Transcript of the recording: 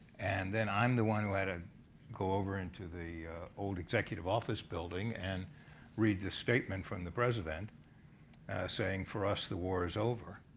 and then i'm the one who had to go over into the old executive office building and read the statement from the president saying, for us the war is over.